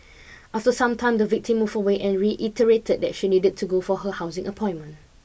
after some time the victim moved away and reiterated that she needed to go for her housing appointment